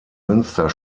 münster